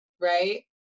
right